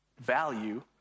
value